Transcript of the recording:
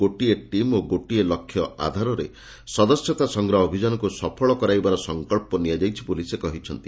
ଗୋଟିଏ ଟିମ୍ ଓ ଗୋଟିଏ ଲକ୍ଷ୍ୟ ଆଧାରରେ ସଦସ୍ୟତା ସଂଗ୍ରହ ଅଭିଯାନକୁ ସଫଳ କରାଇବାର ସଂକଚ୍ଚ ନିଆଯାଇଛି ବୋଲି ସେ କହିଛନ୍ତି